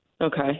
Okay